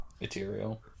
material